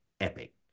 epic